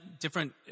different